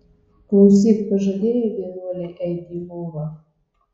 klausyk pažadėjai vienuolei eiti į lovą